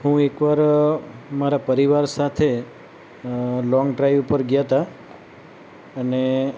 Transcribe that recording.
હું એક વાર મારા પરિવાર સાથે લોન્ગ ડ્રાઈવ પર ગયા હતા અને